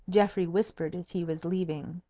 geoffrey whispered as he was leaving.